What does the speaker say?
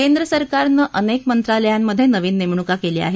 केंद्र सरकारनं अनेक मंत्रालयांमधे नवीन नेमणुका केल्या आहेत